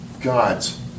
God's